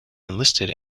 enlisted